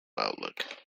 outlook